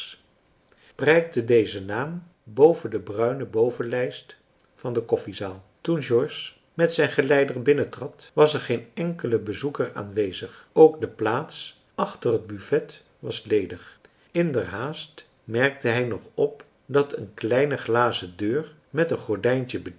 prijkte deze naam boven de bruine bovenlijst van de koffiezaal toen george met zijn geleider binnentrad was er geen enkele bezoeker aanwezig ook de plaats achter het buffet was ledig in der haast merkte hij nog op dat een kleine glazen deur met een gordijntje